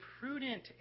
prudent